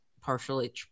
partially